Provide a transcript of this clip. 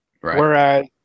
whereas